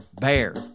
BEAR